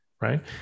right